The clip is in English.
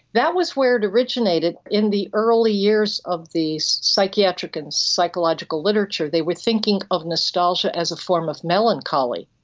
that was where it originated in the early years of the psychiatric and psychological literature, they were thinking of nostalgia as a form of melancholy,